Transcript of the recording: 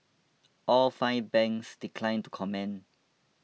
all five banks declined to comment